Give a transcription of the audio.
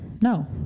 no